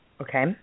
Okay